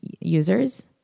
users